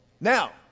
Now